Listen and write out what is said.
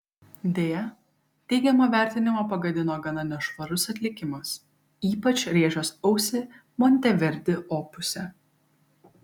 deja teigiamą vertinimą pagadino gana nešvarus atlikimas ypač rėžęs ausį monteverdi opuse